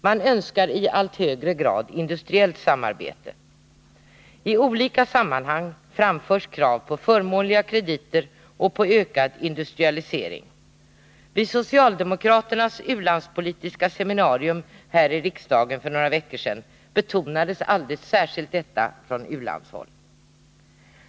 Man önskar i allt högre grad industriellt samarbete. I olika sammanhang framförs krav på förmånliga krediter och på ökad industrialisering. Vid socialdemokraternas u-landspolitiska seminarium här i riksdagen för några veckor sedan betonades alldeles särskilt detta från u-landshåll.